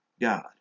God